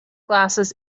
glasses